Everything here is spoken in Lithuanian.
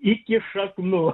iki šaknų